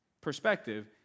perspective